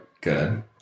good